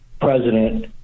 president